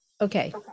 Okay